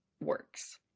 works